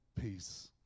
peace